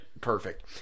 Perfect